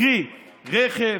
קרי רכב,